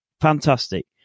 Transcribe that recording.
fantastic